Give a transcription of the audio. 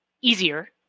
Easier